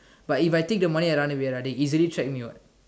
but if I take the money and run away right he can easily track me what